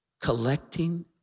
collecting